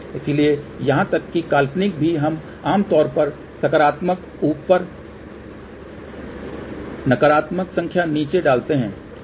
इसलिए यहां तक कि काल्पनिक भी हम आम तौर पर सकारात्मक संख्या ऊपर और नकारात्मक संख्या नीचे डालते हैं